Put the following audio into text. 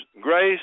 grace